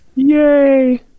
yay